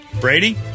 Brady